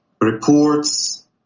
reports